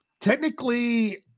Technically